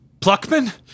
Pluckman